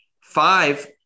five